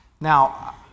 Now